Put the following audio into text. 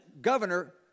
governor